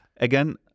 again